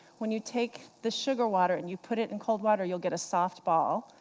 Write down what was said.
when you take the sugar water and you put it in cold water, you'll get a soft ball.